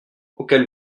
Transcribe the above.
auquel